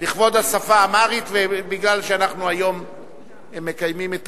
לכבוד השפה האמהרית ומכיוון שאנחנו היום מקיימים את